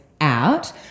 out